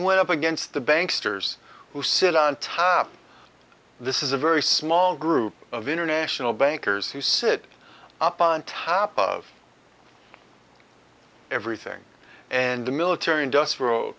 went up against the banks toure's who sit on top this is a very small group of international bankers who sit up on top of everything and the military industrial